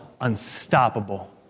unstoppable